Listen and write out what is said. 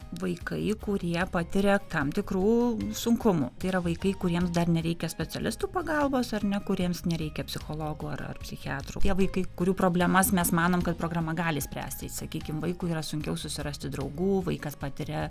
vaikai kurie patiria tam tikrų sunkumų tėra vaikai kuriems dar nereikia specialistų pagalbos ar ne kuriems nereikia psichologo ar psichiatro vaikai kurių problemas mes manom kad programa gali spręsti sakykim vaikui yra sunkiau susirasti draugų vaikas patiria